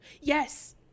Yes